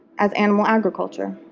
as animal agriculture.